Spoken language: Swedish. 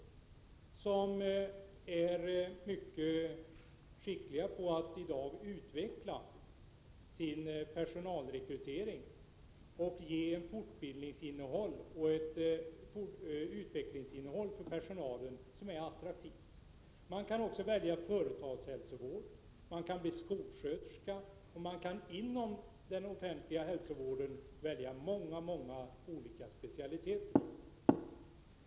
Landstingen är mycket skickliga på att utveckla sin personalrekrytering och ge ett fortbildningsoch utvecklingsinnehåll för personalen som är attraktivt. Man kan också välja att arbeta inom företagshälsovård, man kan bli skolsköterska och man kan inom den offentliga hälsovården välja många olika specialiteter.